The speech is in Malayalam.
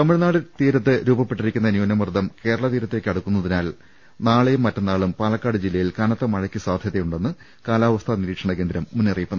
തമിഴ്നാട് തീരത്ത് രൂപപ്പെട്ടിരിക്കുന്ന ന്യൂനമർദ്ദം കേരള തീരത്തേക്ക് അടുക്കുന്നതിനാൽ നാളെയും മറ്റന്നാളും പാലക്കാട് ജില്ലയിൽ കനത്ത മഴയ്ക്ക് സാധ്യതയുണ്ടെന്ന് കാലാവസ്ഥാ നിരീക്ഷണ കേന്ദ്രം മുന്നറിയിപ്പ് നൽകി